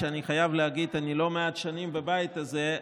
ואני חייב להגיד אני לא מעט שנים בבית הזה,